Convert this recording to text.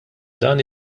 dan